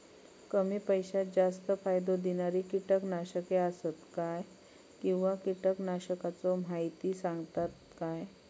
कमी पैशात जास्त फायदो दिणारी किटकनाशके आसत काय किंवा कीटकनाशकाचो माहिती सांगतात काय?